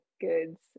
goods